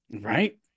Right